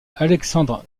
alexandre